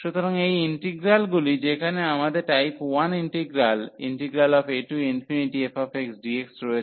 সুতরাং এই ইন্টিগ্রালগুলি যেখানে আমাদের টাইপ 1 ইন্টিগ্রাল afxdx রয়েছে